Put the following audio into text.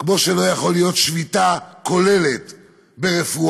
כמו שלא יכולה להיות שביתה כוללת ברפואה,